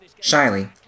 Shyly